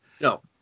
No